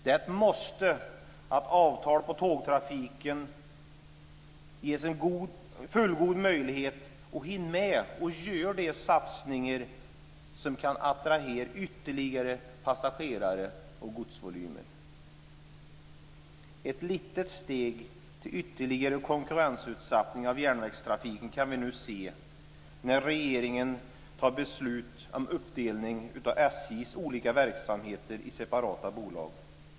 Det är ett måste att avtal om tågtrafiken ger en fullgod möjlighet att hinna med att göra de satsningar som kan attrahera ytterligare passagerare och godsvolymer. Ett litet steg mot ytterligare konkurrensutsättning av järnvägstrafiken kan vi nu se när regeringen fattar beslut om uppdelning av SJ:s olika verksamheter i separata bolag.